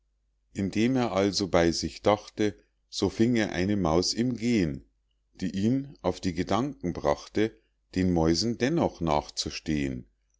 indem er also bei sich dachte so fing er eine maus im gehn die ihn auf die gedanken brachte den mäusen dennoch nachzustehn